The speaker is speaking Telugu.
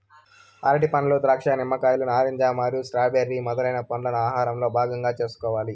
అరటిపండ్లు, ద్రాక్ష, నిమ్మకాయలు, నారింజ మరియు స్ట్రాబెర్రీ మొదలైన పండ్లను ఆహారంలో భాగం చేసుకోవాలి